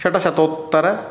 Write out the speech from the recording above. षट् शतोत्तर